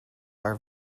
are